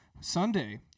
Sunday